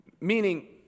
Meaning